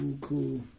cool